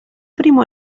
primo